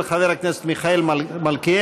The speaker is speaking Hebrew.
של חבר הכנסת מיכאל מלכיאלי,